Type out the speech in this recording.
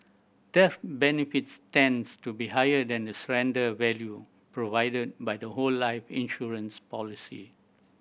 death benefits tends to be higher than the surrender value provided by a whole life insurance policy